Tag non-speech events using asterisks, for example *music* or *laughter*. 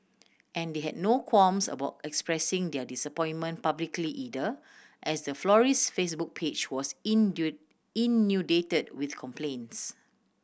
and they had no qualms about expressing their disappointment publicly either as the florist Facebook page was *unintelligible* inundated with complaints